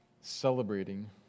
celebrating